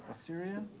syrian